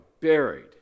buried